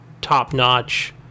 top-notch